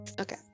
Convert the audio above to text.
Okay